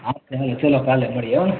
હા સારું ચલો કાલે મળીએ હોં